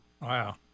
Wow